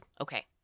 Okay